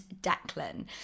Declan